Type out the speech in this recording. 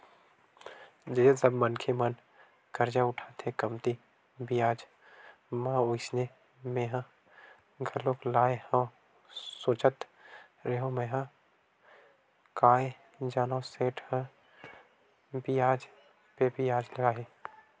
जइसे सब मनखे मन करजा उठाथे कमती बियाज म वइसने मेंहा घलोक लाय हव सोचत रेहेव मेंहा काय जानव सेठ ह बियाज पे बियाज लगाही